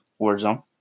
Warzone